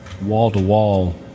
wall-to-wall